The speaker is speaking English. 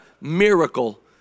miracle